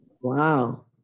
Wow